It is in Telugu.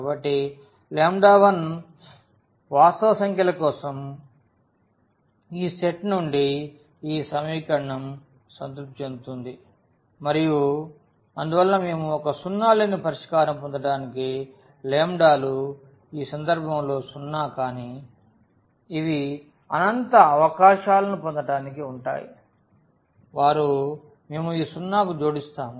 కాబట్టి అన్ని 1 వాస్తవ సంఖ్యల కోసం ఈ సెట్ నుండి ఈ సమీకరణం సంతృప్తి చెందుతుంది మరియు అందువలన మేము ఒక సున్నా లేని పరిష్కారం పొందడానికి లు ఈ సందర్భంలో సున్నా కానీ ఇవి అనంత అవకాశాలను పొందడానికి ఉంటాయి వారు మేము ఈ సున్నాకు జోడిస్తాము